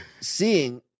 seeing